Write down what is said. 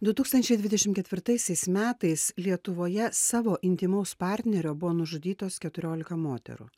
du tūkstančiai dvidešim ketvirtaisiais metais lietuvoje savo intymaus partnerio buvo nužudytos keturiolika moterų